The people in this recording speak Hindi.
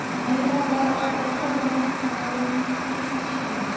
महिला घर और दफ्तर दोनो संभालने में सक्षम हैं